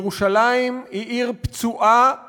ירושלים היא עיר פצועה ומחולקת.